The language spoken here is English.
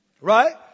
Right